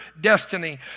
destiny